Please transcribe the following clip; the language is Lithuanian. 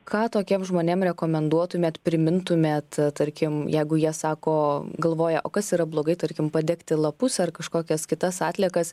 ką tokiem žmonėm rekomenduotumėt primintumėt tarkim jeigu jie sako galvoja o kas yra blogai tarkim padegti lapus ar kažkokias kitas atliekas